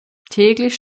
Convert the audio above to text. täglich